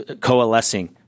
coalescing